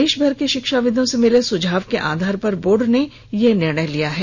देषभर के षिक्षाविदों से मिले सुझाव के आधार पर बोर्ड ने यह निर्णय लिया है